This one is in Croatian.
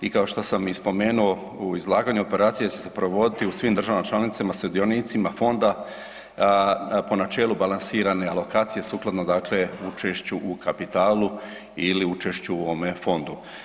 I kao što sam i spomenuo u izlaganju, operacije će se provoditi u svim državama članicama sudionicima fonda po načelu balansirane alokacije sukladno, dakle učešću u kapitalu ili učešću u ovome fondu.